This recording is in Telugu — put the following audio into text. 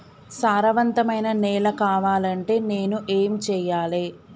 సారవంతమైన నేల కావాలంటే నేను ఏం చెయ్యాలే?